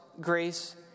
grace